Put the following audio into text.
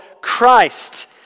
Christ